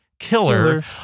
Killer